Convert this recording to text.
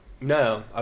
no